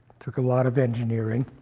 took a lot of engineering.